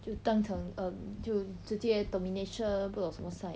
就当成 um 就直接 termination 不懂什么 sai